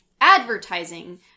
advertising